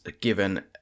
given